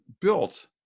built